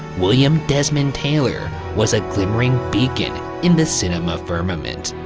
william desmond taylor was a glimmering beacon in the cinema firmament.